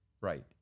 Right